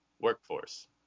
workforce